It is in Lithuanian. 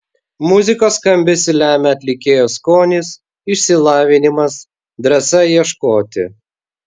muzikos skambesį lemia atlikėjo skonis išsilavinimas drąsa ieškoti